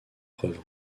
preuve